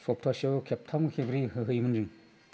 सप्थासेयाव खेबथाम खेबब्रै होहैयोमोन जों